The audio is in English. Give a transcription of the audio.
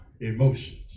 emotions